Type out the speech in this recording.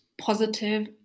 positive